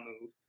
move